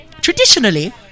traditionally